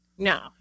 No